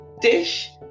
dish